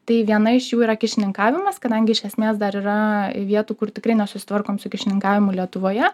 tai viena iš jų yra kyšininkavimas kadangi iš esmės dar yra vietų kur tikrai nesusitvarkom su kyšininkavimu lietuvoje